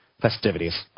festivities